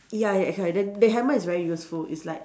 ya ya that's why then the hammer is very useful it's like